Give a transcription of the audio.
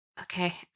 okay